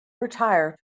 retire